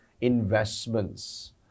Investments